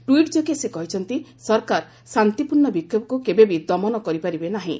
tweet ଯୋଗେ ସେ କହିଛନ୍ତି ସରକାର ଶାନ୍ତିପୂର୍ଣ୍ଣ ବିକ୍ଷୋଭକୁ କେବେବି ଦମନ କରି ପାରିବେନାହିଁ